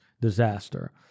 disaster